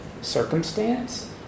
circumstance